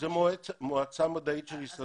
זאת המועצה המדעית של ההסתדרות הרפואית.